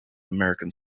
american